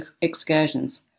excursions